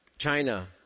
China